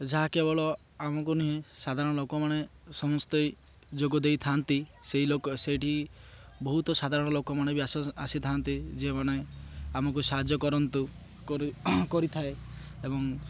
ଯାହା କେବଳ ଆମକୁ ନୁହେଁ ସାଧାରଣ ଲୋକମାନେ ସମସ୍ତେ ଯୋଗ ଦେଇଥାନ୍ତି ସେଇ ଲୋକ ସେଇଠି ବହୁତ ସାଧାରଣ ଲୋକମାନେ ବି ଆସିଥାନ୍ତି ଯେଉଁମାନେ ଆମକୁ ସାହାଯ୍ୟ କରନ୍ତୁ କରିଥାଏ ଏବଂ